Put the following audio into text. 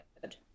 good